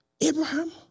Abraham